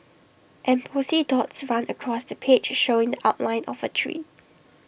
embossed dots run across the page showing the outline of A tree